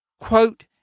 Quote